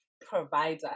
provider